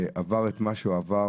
עבר את מה שהוא עבר.